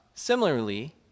Similarly